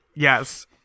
Yes